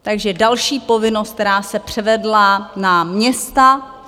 Takže další povinnost, která se převedla na města.